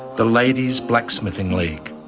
the ladies blacksmithing league.